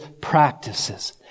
practices